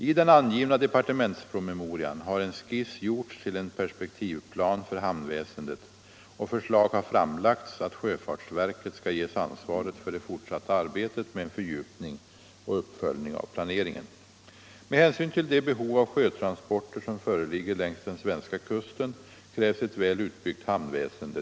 I den angivna departementspromemorian har en skiss gjorts till en perspektivplan för hamnväsendet, och förslag har framlagts att sjöfartsverket skall ges ansvaret för det fortsatta arbetet med en fördjupning och uppföljning av planeringen. Med hänsyn till de behov av sjötransporter som föreligger längs den svenska kusten krävs ett väl utbyggt hamnväsende.